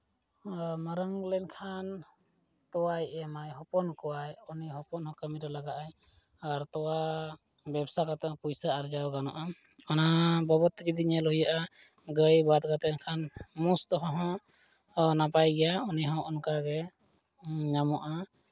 ᱢᱟᱨᱟᱝ ᱞᱮᱱᱠᱷᱟᱱ ᱛᱚᱣᱟᱭ ᱮᱢᱟᱭ ᱦᱚᱯᱚᱱ ᱠᱚᱣᱟᱭ ᱩᱱᱤ ᱦᱚᱯᱚᱱ ᱦᱚᱸ ᱠᱟᱹᱢᱤᱨᱮ ᱞᱟᱜᱟᱜᱼᱟᱭ ᱟᱨ ᱛᱚᱣᱟ ᱵᱮᱵᱽᱥᱟ ᱠᱟᱛᱮᱫ ᱦᱚᱸ ᱯᱚᱭᱥᱟ ᱟᱨᱡᱟᱣ ᱜᱟᱱᱚᱜᱼᱟ ᱚᱱᱟ ᱵᱟᱵᱚᱫᱛᱮ ᱡᱩᱫᱤ ᱧᱮᱞ ᱦᱩᱭᱩᱜᱼᱟ ᱜᱟᱹᱭ ᱵᱟᱫ ᱠᱟᱛᱮᱫ ᱠᱷᱟᱱ ᱢᱳᱥ ᱛᱮᱦᱚᱸ ᱱᱟᱯᱟᱭ ᱜᱮᱭᱟ ᱩᱱᱤᱦᱚᱸ ᱚᱱᱠᱟᱜᱮ ᱧᱟᱢᱚᱜᱼᱟ